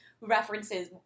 references